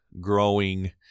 growing